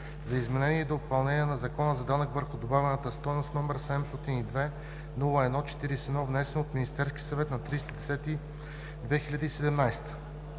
за изменение и допълнение на Закона за данъка върху добавената стойност, № 702-01-41, внесен от Министерския съвет на 30